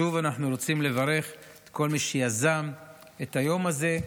שוב, אנחנו רוצים לברך את כל מי שיזם את היום הזה,